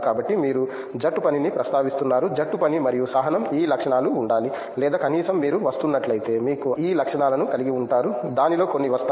కాబట్టి మీరు జట్టు పనిని ప్రస్తావిస్తున్నారు జట్టు పని మరియు సహనం ఈ లక్షణాలు ఉండాలి లేదా కనీసం మీరు వస్తున్నట్లయితే మీకు ఈ లక్షణాలను కలిగి ఉంటారు దానిలో కొన్ని వస్తాయి